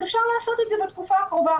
אז אפשר לעשות את זה בתקופה הקרובה.